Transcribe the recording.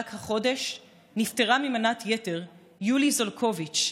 רק החודש נפטרה ממנת יתר יולי זולקוביץ',